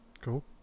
Cool